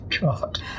god